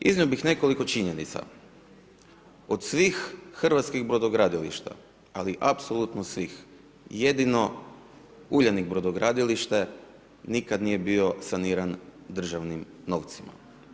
Iznio bi nekoliko činjenica, od svih hrvatskih brodogradilišta, ali apsolutno svih, jedino Uljanik brodogradilište, nikada nije bio saniran državnim novcima.